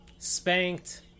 Spanked